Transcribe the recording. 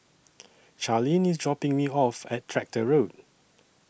Charlene IS dropping Me off At Tractor Road